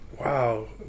wow